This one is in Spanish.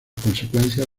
consecuencias